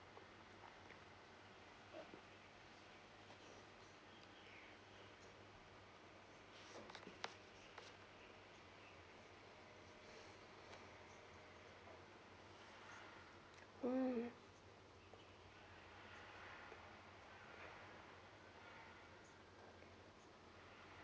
mm